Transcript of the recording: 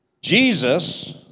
Jesus